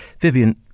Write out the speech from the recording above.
Vivian